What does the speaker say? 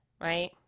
right